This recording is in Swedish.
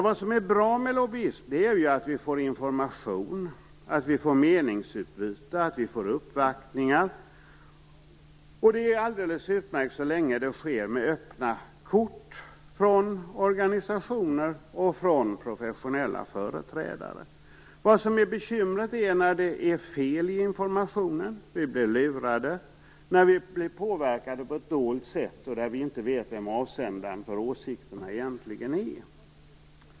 Vad som är bra med lobbyism är att vi får information, meningsutbyte och uppvaktningar. Det är alldeles utmärkt så länge det sker med öppna kort från organisationer och professionella företrädare. Bekymret är när det blir fel i informationen, vi blir lurade och vi blir påverkade på ett dolt sätt utan att vi vet vem avsändaren för åsikterna egentligen är.